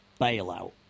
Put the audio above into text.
bailout